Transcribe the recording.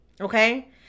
okay